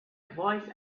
voice